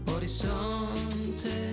Horizonte